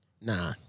Nah